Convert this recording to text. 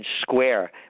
Square